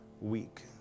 week